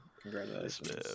congratulations